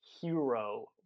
hero